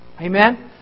Amen